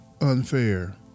unfair